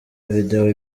video